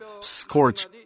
scorch